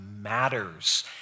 matters